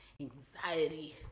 anxiety